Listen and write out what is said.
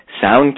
sound